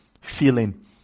feeling